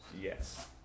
Yes